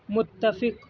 متفق